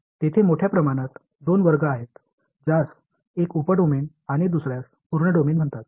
तेथे मोठ्या प्रमाणात दोन वर्ग आहेत ज्यास एक उप डोमेन आणि दुसर्यास पूर्ण डोमेन म्हणतात